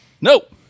Nope